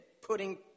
putting